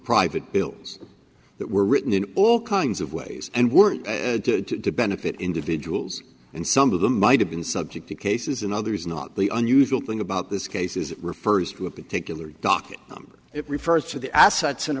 private bills that were written in all kinds of ways and were to and if it individuals and some of them might have been subject to cases and others not the unusual thing about this case is it refers to a particular docket number it refers to the assets in